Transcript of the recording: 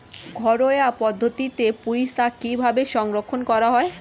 ঘরোয়া পদ্ধতিতে পুই শাক কিভাবে সংরক্ষণ করা হয়?